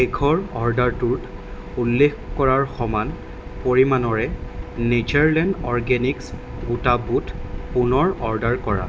শেষৰ অৰ্ডাৰটোত উল্লেখ কৰাৰ সমান পৰিমাণৰে নেচ্যাৰলেণ্ড অৰগেনিকছ্ গোটা বুট পুনৰ অৰ্ডাৰ কৰা